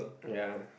ya